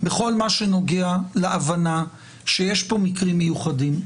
בכל מה שנוגע להבנה שיש פה מקרים מיוחדים.